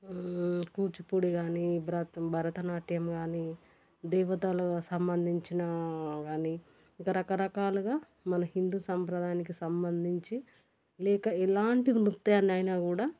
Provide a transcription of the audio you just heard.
కూచిపూడి కాని భరత భరతనాట్యం కాని దేవతలకు సంబంధించిన కాని ఇంకా రకరకాలుగా మన హిందూ సంప్రదాయానికి సంబంధించి లేక ఎలాంటి నృత్యాన్ని అయినా కూడా